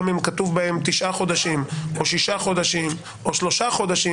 גם אם כתוב בהן תשעה חודשים או שישה חודשים או שלושה חודשים,